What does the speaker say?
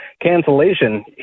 cancellation